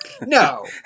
No